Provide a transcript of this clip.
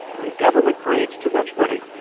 when government creates too much money,